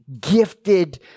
gifted